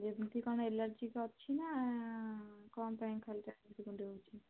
ଏମିତି କ'ଣ ଆଲର୍ଜିକ୍ ଅଛି ନା କ'ଣ ପାଇଁ ଖାଲି କୁଣ୍ଡେଇ ହେଉଛି